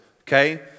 okay